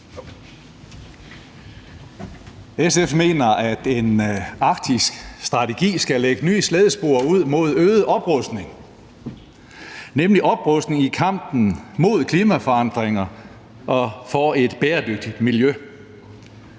SF mener, at en arktisk strategi skal lægge nye slædespor ud til øget oprustning, nemlig oprustning i kampen mod klimaforandringer og for et bæredygtigt miljø.